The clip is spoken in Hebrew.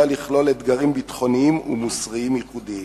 לכלול אתגרים ביטחוניים ומוסריים ייחודיים.